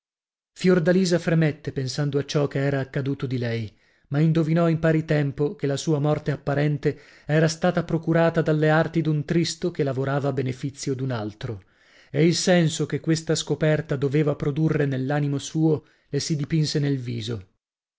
fiordalisa fremette pensando a ciò che era accaduto di lei ma indovinò in pari tempo che la sua morte apparente era stata procurata dalle arti d'un tristo che lavorava a benefizio d'un altro e il senso che questa scoperta doveva produrre nell'animo suo le si dipinse nel viso